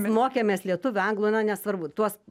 mokėmės lietuvių anglų na nesvarbu tuos